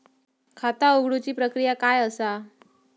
खाता उघडुची प्रक्रिया काय असा?